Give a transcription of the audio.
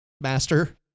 master